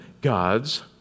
God's